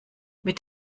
mit